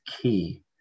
key